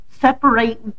separate